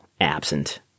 absent